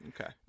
Okay